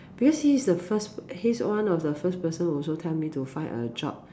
because he is the first he is one of the first person who also tell me to find a job